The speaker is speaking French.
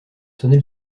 sonner